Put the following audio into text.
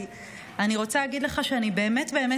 כי אני רוצה להגיד לך שאני באמת באמת